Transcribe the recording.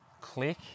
click